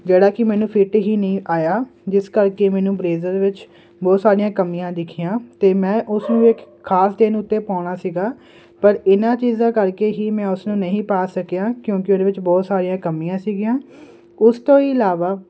ਜਿਹੜਾ ਕੀ ਮੈਨੂੰ ਫਿੱਟ ਹੀ ਨਈਂ ਆਇਆ ਜਿਸ ਕਰਕੇ ਮੈਨੂੰ ਬਲੇਜ਼ਰ ਵਿੱਚ ਬਹੁਤ ਸਾਰੀਆਂ ਕਮੀਆਂ ਦਿਖੀਆਂ ਤੇ ਮੈਂ ਉਸਨੂੰ ਇੱਕ ਖਾਸ ਦਿਨ ਉੱਤੇ ਪਾਉਣਾ ਸੀਗਾ ਪਰ ਇਨ੍ਹਾਂ ਚੀਜਾਂ ਕਰਕੇ ਹੀ ਮੈਂ ਉਸਨੂੰ ਨਹੀਂ ਪਾ ਸਕਿਆ ਕਿਉਂਕੀ ਉਹਦੇ ਵਿੱਚ ਬਹੁਤ ਸਾਰੀਆਂ ਕਮੀਆਂ ਸੀਗੀਆਂ ਉਸ ਤੋਂ ਇਲਾਵਾ